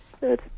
Good